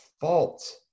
fault